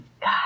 God